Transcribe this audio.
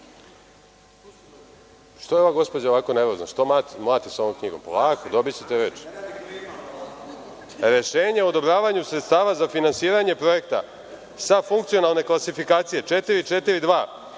je ova gospođa ovako nervozna, što mlati sa ovom knjigom? Polako, dobićete reč. Rešenje o odobravanju sredstava za finansiranje projekta sa funkcionalne klasifikacije 442,